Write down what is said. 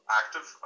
active